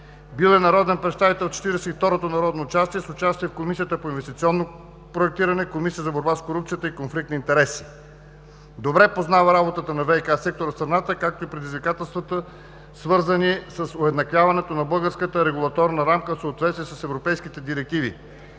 в Четиридесет и второто народно събрание с участие в Комисията по инвестиционно проектиране, Комисията за борба с корупцията и конфликт на интереси. Добре познава работата на ВиК сектора в страната, както и предизвикателствата, свързани с уеднаквяването на българската регулаторна рамка в съответствие с европейските директиви.